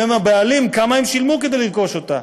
אם הם הבעלים, כמה הם שילמו כדי לרכוש אותה?